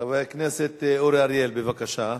חבר הכנסת אורי אריאל, בבקשה,